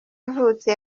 avutse